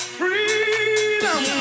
freedom